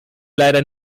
leider